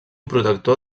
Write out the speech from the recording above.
protector